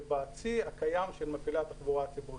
בכוחות ובצי הקיים של מפעילי התחבורה הציבורית.